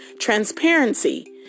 transparency